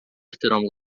احترام